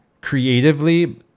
creatively